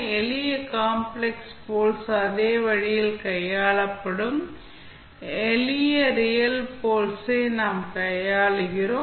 எளிய complex poles அதே வழியில் கையாளப்படும் எளிய ரியல் போல்ஸ் ஐ நாம் கையாளுகிறோம்